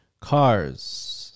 Cars